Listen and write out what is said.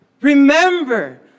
Remember